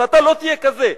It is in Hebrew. שאתה לא תהיה כזה,